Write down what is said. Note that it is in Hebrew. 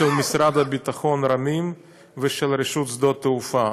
של משרד הביטחון, רמי"ם, ושל רשות שדות התעופה.